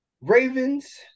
Ravens